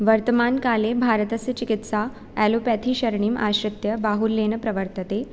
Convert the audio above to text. वर्तमानकाले भारतस्य चिकित्सा एलोपथीसरणीम् आश्रित्य बाहुल्येन प्रवर्तते